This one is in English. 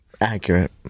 Accurate